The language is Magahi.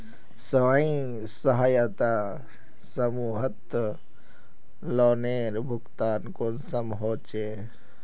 स्वयं सहायता समूहत लोनेर भुगतान कुंसम होचे?